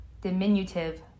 diminutive